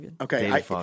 Okay